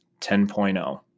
10.0